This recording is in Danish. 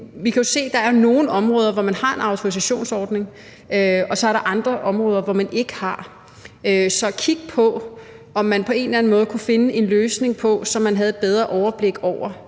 Vi kan jo se, at der er nogle områder, hvor man har en autorisationsordning, og så er der andre områder, hvor man ikke har det. Så man skal måske kigge på, om man på en eller anden måde kan finde en løsning, så man har et bedre overblik over